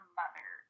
mother